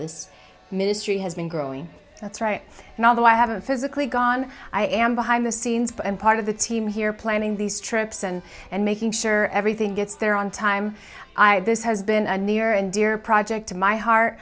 this ministry has been growing that's right now although i haven't physically gone i am behind the scenes and part of the team here planning these trips and and making sure everything gets there on time i this has been a near and dear project to my heart